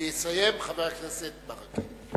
ויסיים, חבר הכנסת ברכה.